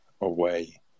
away